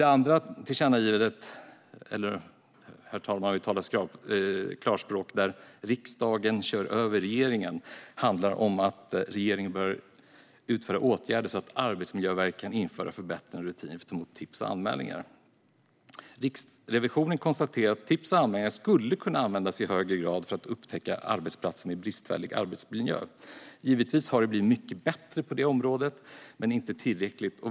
Det andra tillkännagivandet - där riksdagen kör över regeringen, för att tala klarspråk - handlar om att regeringen bör vidta åtgärder så att Arbetsmiljöverket kan införa förbättrade rutiner för att ta emot tips och anmälningar. Riksrevisionen konstaterar att tips och anmälningar skulle kunna användas i högre grad för att upptäcka arbetsplatser med bristfällig arbetsmiljö. Givetvis har det blivit mycket bättre på detta område, men inte tillräckligt.